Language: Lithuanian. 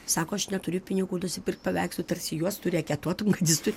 sako aš neturiu pinigų nusipirkt paveikslui tarsi juos tu reketuotum kad jis tur